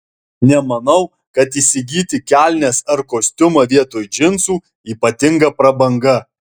nemanau kad įsigyti kelnes ar kostiumą vietoj džinsų ypatinga prabanga